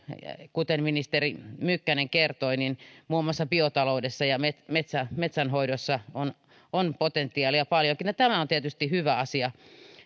kuten ministeri mykkänen kertoi niin muun muassa biotaloudessa ja metsänhoidossa on potentiaalia paljonkin tämä on tietysti hyvä asia